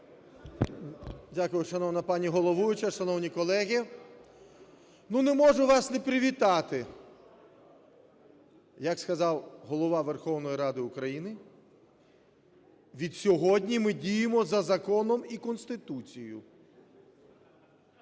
Дякую, шановна пані головуюча. Шановні колеги, ну, не можу вас не привітати, як сказав Голова Верховної Ради України, відсьогодні ми діємо за законом і Конституцією.